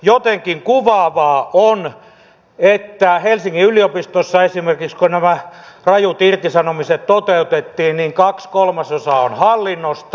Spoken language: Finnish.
jotenkin kuvaavaa on että esimerkiksi helsingin yliopistossa kun nämä rajut irtisanomiset toteutettiin kaksi kolmasosaa on hallinnosta